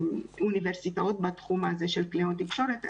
והאוניברסיטאות בתחום הזה של קלינאיות תקשורת.